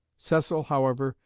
cecil, however,